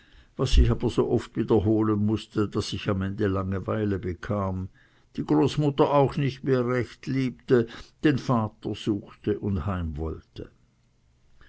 was ich aber sooft wiederholen mußte daß ich am ende langeweile bekam die großmutter auch nicht mehr recht liebte den vater suchte und heim wollte